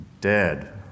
dead